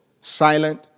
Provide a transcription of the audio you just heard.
silent